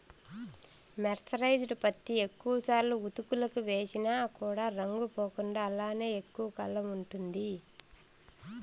mercerised పత్తి ఎక్కువ సార్లు ఉతుకులకి వేసిన కూడా రంగు పోకుండా అలానే ఎక్కువ కాలం ఉంటుంది